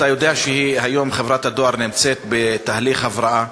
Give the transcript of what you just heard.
אתה יודע שהיום חברת הדואר נמצאת בתהליך הבראה,